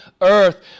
earth